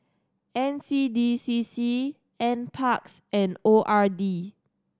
N C D C C Nparks and O R D